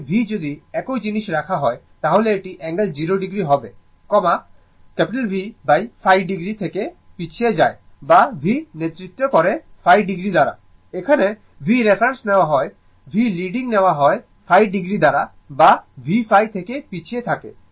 এখানে v যদি একই জিনিস রাখা হয় তাহলে এটি অ্যাঙ্গেল 0o হবে Vϕo থেকে পিছিয়ে যায় বা v নেতৃত্ব করে ϕo দ্বারা এখানে v রেফারেন্স নেওয়া হয় v লিডিং নেয় ϕo দ্বারা বা v ϕ থেকে পিছিয়ে থাকে